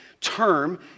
term